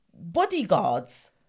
bodyguards